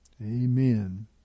Amen